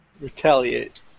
retaliate